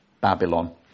Babylon